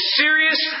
serious